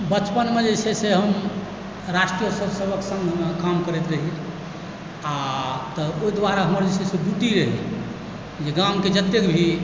बचपनमे जे छै से हम राष्ट्रीय स्वयं सेवक सङ्घमे काम करैत रहियै आओर तऽ ओहि दुआरे हमर जे छै ड्यूटी रहैय जे गामके जतेक भी